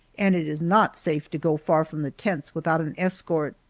and it is not safe to go far from the tents without an escort.